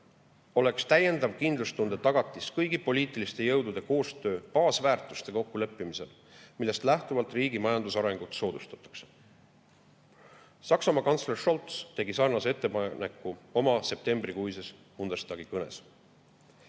oleks täiendav kindlustunde tagatis kõigi poliitiliste jõudude koostöö baasväärtuste kokkuleppimine, millest lähtuvalt riigi majandusarengut soodustatakse. Saksamaa kantsler Scholz tegi sarnase ettepaneku oma septembrikuises Bundestagi kõnes.